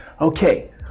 Okay